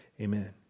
Amen